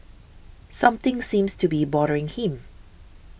something seems to be bothering him